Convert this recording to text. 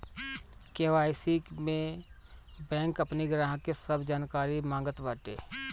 KYC में bank अपनी ग्राहक के सब जानकारी मांगत बाटे